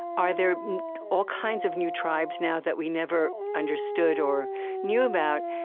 are there all kinds of new tribes now that we never understood or knew about?